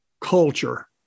culture